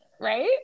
right